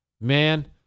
Man